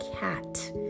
cat